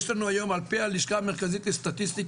יש לנו היום על פי הלשכה המרכזית לסטטיסטיקה,